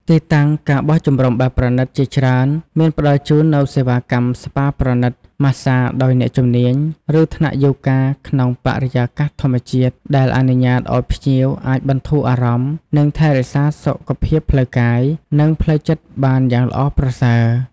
ទីតាំង ការបោះជំរំបែបប្រណីត ជាច្រើនមានផ្តល់ជូននូវសេវាកម្មស្ប៉ាប្រណីត ម៉ាស្សាដោយអ្នកជំនាញ ឬថ្នាក់យូហ្គាក្នុងបរិយាកាសធម្មជាតិ ដែលអនុញ្ញាតឲ្យភ្ញៀវអាចបន្ធូរអារម្មណ៍ និងថែរក្សាសុខភាពផ្លូវកាយ និងផ្លូវចិត្តបានយ៉ាងល្អប្រសើរ។